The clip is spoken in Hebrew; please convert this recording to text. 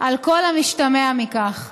על כל המשתמע מכך.